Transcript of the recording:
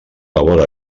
labor